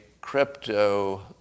crypto